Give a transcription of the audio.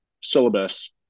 syllabus